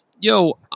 yo